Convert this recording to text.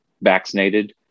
vaccinated